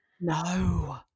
No